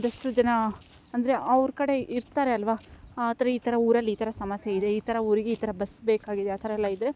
ಒಂದಷ್ಟು ಜನ ಅಂದರೆ ಅವ್ರ ಕಡೆ ಇರ್ತಾರೆ ಅಲ್ಲವಾ ಆ ಥರ ಈ ಥರ ಊರಲ್ಲಿ ಈ ಥರ ಸಮಸ್ಯೆಯಿದೆ ಈ ಥರ ಊರಿಗೆ ಈ ಥರ ಬಸ್ ಬೇಕಾಗಿದೆ ಆ ಥರ ಎಲ್ಲ ಇದ್ದರೆ